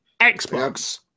xbox